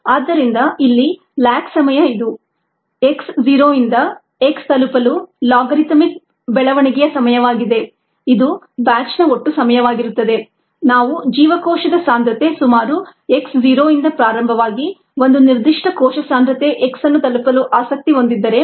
ಆದ್ದರಿಂದ ಇಲ್ಲಿ ಲ್ಯಾಗ್ ಸಮಯ ಇದು x ಜೀರೋಯಿಂದ x ತಲುಪಲು ಲಾಗರಿಥಮಿಕ್ ಬೆಳವಣಿಗೆಯ ಸಮಯವಾಗಿದೆ ಇದು ಬ್ಯಾಚ್ನ ಒಟ್ಟು ಸಮಯವಾಗಿರುತ್ತದೆ ನಾವು ಜೀವಕೋಶದ ಸಾಂದ್ರತೆ ಸುಮಾರು x ಜೀರೋಯಿಂದ ಪ್ರಾರಂಭವಾಗಿ ಒಂದು ನಿರ್ದಿಷ್ಟ ಕೋಶ ಸಾಂದ್ರತೆ x ಅನ್ನು ತಲುಪಲು ಆಸಕ್ತಿ ಹೊಂದಿದ್ದರೆ